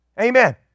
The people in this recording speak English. Amen